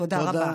תודה רבה.